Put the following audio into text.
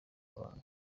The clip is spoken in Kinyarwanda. abahanga